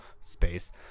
space